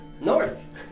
North